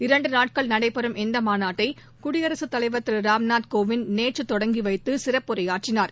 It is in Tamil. இரண்டு நாட்கள் நடைபெறும் இந்த மாநாட்டை குடியரசு தலைவர் திரு ராம்நாத் கோவிந்த் நேற்று தொடங்கி வைத்து சிறப்புரையாற்றினார்